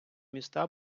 міста